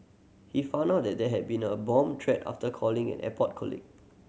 he found out that there had been a bomb threat after calling an airport colleague